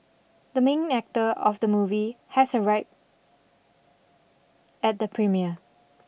the main actor of the movie has arrived at the premiere